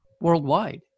worldwide